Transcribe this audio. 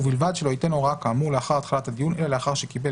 ובלבד שלא ייתן הוראה כאמור לאחר התחלת הדיון אלא לאחר שקיבל